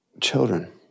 children